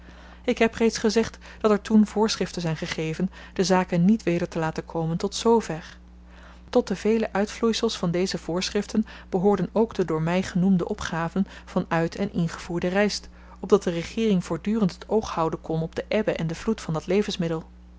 ik heb reeds gezegd dat er toen voorschriften zyn gegeven de zaken niet weder te laten komen tot z ver tot de vele uitvloeisels van deze voorschriften behoorden ook de door my genoemde opgaven van uit en ingevoerde ryst opdat de regeering voortdurend het oog houden kon op de ebbe en den vloed van dat levensmiddel